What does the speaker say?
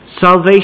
Salvation